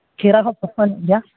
ᱠᱷᱤᱨᱟ ᱦᱚᱸ ᱥᱚᱥᱛᱟ ᱧᱚᱜ ᱜᱮᱭᱟ